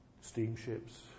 steamships